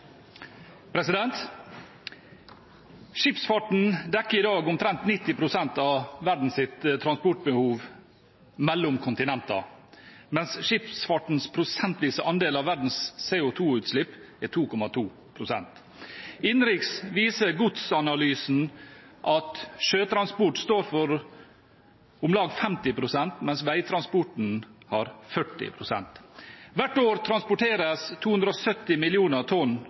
vedtatt. Skipsfarten dekker i dag omtrent 90 pst. av verdens transportbehov mellom kontinentene, mens skipsfartens prosentvise andel av verdens CO2-utslipp er 2,2 pst. Innenriks viser godsanalysen at sjøtransport står for om lag 50 pst., mens veitransport har 40 pst. Hvert år transporteres 270 millioner tonn